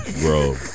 Bro